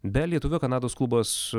be lietuvio kanados klubas